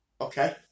Okay